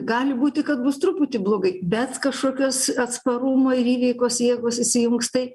gali būti kad bus truputį blogai bet kažkokios atsparumo ir įveikos jėgos susijungs tai